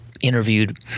interviewed